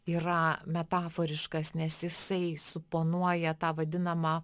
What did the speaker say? yra metaforiškas nes jisai suponuoja tą vadinamą